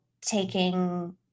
taking